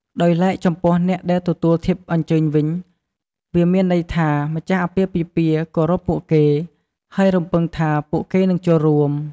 ដោយឡែកចំពោះអ្នកដែលទទួលធៀបអញ្ចើញវិញ វាមានន័យថា ម្ចាស់អាពាហ៍ពិពាហ៍គោរពពួកគេ ហើយរំពឹងថា ពួកគេនឹងចូលរួម។